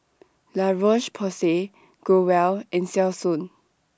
La Roche Porsay Growell and Selsun